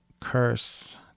curse